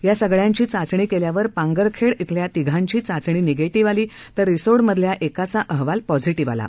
या सगळ्यांची चाचणी केल्यावर पांगरखेड खेल्या तीघांची चाचणी निगेटिव्ह आली तर रिसोड मधल्या एकाचा अहवाल पॉझीटीव्ह आला